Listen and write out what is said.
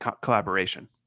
collaboration